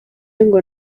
ngo